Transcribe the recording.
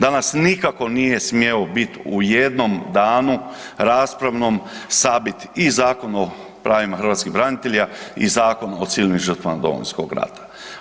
Danas nikako nije smio bit u jednom danu raspravnom sabit i Zakon o pravima hrvatskih branitelja i Zakon o civilnim žrtvama Domovinskog rata.